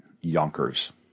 Yonkers